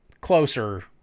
closer